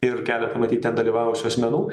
ir keletą matyt ten dalyvavusių asmenų